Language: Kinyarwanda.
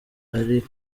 ari